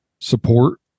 support